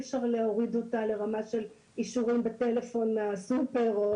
אפשר להוריד לרמת האישורים בטלפון שנמצאים בסופרמרקט.